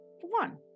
one